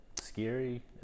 scary